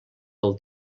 del